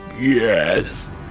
yes